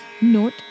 Note